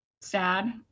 sad